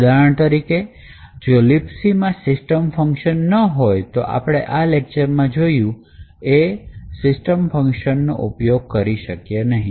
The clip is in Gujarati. ઉદાહરણ તરીકે જો libc માં સિસ્ટમ ફંકશન ન હોય તો આપણે આ લેક્ચરમાં જોયું એ રીતે એ ફંકશન નો ઉપયોગ કરી શકે નહીં